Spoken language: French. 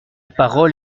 parole